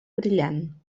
brillant